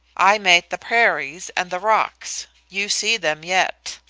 i made the prairies and the rocks you see them yet.